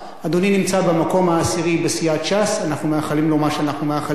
אדוני נמצא במקום העשירי בסיעת ש"ס,